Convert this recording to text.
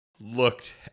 looked